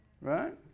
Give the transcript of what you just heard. Right